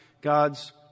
God's